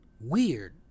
weird